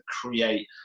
create